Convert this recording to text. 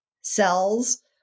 cells